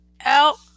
out